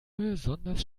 besonders